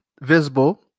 visible